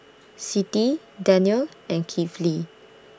Siti Daniel and Kifli